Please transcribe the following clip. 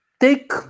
Take